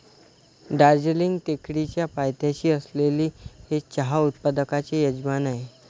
दार्जिलिंग टेकडीच्या पायथ्याशी असलेले हे चहा उत्पादकांचे यजमान आहे